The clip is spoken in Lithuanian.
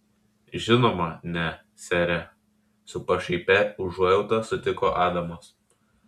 žinoma ne sere su pašaipia užuojauta sutiko adamas